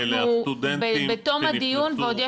הסטודנטים שנכנסו --- אנחנו בתום הדיון ויש